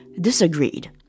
disagreed